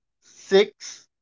six